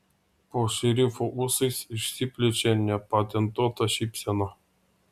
po šerifo ūsais išsiplečia nepatentuota šypsena